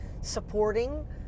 supporting